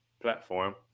platform